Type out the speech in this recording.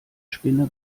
spinne